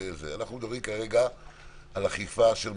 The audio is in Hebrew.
אנחנו מדברים כרגע על אכיפה של מוסדות.